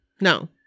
no